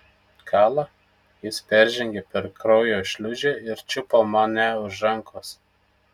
kala jis peržengė per kraujo šliūžę ir čiupo mane už rankos